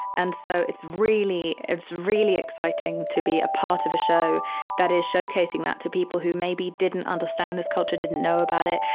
and so it's really, it's really exciting to be a part of a show that is showcasing that to people who maybe didn't understand this culture, didn't know about it.